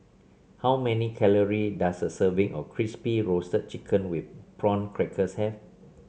how many calorie does a serving of Crispy Roasted Chicken with Prawn Crackers have